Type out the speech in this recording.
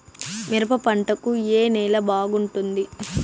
మిరప పంట కు ఏ నేల బాగుంటుంది?